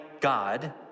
God